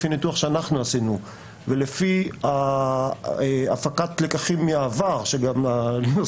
לפי ניתוח שעשינו ולפי הפקת לקחים מהעבר שגם הגיוס